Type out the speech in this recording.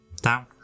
Down